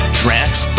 tracks